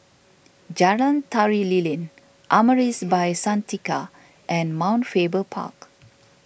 Jalan Tari Lilin Amaris By Santika and Mount Faber Park